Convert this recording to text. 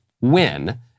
win